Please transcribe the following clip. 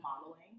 modeling